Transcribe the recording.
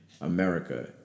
America